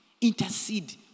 Intercede